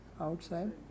outside